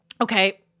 okay